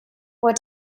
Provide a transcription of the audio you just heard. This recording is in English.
what